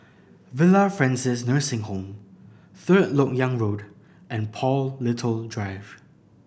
Villa Francis Nursing Home Third Lok Yang Road and Paul Little Drive